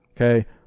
Okay